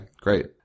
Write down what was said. great